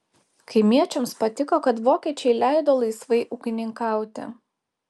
kaimiečiams patiko kad vokiečiai leido laisvai ūkininkauti